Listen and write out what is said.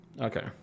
Okay